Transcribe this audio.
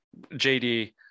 JD